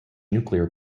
nuclear